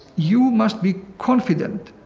you must be confident